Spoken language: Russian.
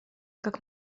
как